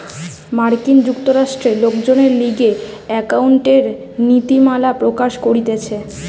মার্কিন যুক্তরাষ্ট্রে লোকদের লিগে একাউন্টিংএর নীতিমালা প্রকাশ করতিছে